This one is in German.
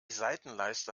seitenleiste